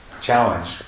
challenge